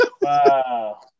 Wow